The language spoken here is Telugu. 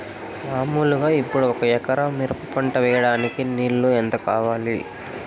మామూలుగా ఇప్పుడు ఒక ఎకరా మిరప పంట వేయడానికి నీళ్లు ఎంత కావాలి?